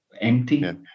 empty